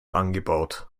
angebaut